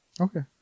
Okay